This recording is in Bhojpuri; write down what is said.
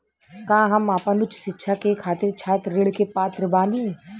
का हम आपन उच्च शिक्षा के खातिर छात्र ऋण के पात्र बानी?